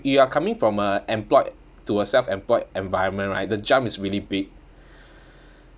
if you are coming from a employed to a self employed environment right the jump is really big